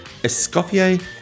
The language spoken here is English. Escoffier